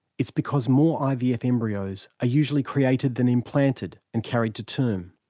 it's because more ivf embryos are usually created than implanted and carried to term.